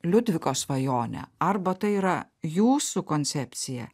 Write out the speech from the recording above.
liudviko svajonę arba tai yra jūsų koncepcija